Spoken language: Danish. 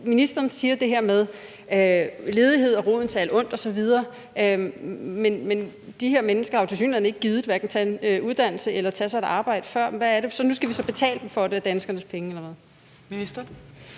Ministeren siger det her med, at ledighed er roden til alt ondt osv., men de her mennesker har jo tilsyneladende hverken gidet at tage en uddannelse eller tage sig et arbejde før. Nu skal vi så betale dem for det med danskernes penge – eller